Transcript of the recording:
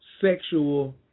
sexual